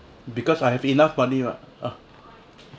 because I have enough money what ah